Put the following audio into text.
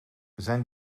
zijn